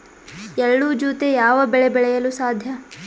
ಎಳ್ಳು ಜೂತೆ ಯಾವ ಬೆಳೆ ಬೆಳೆಯಲು ಸಾಧ್ಯ?